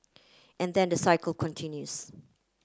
and then the cycle continues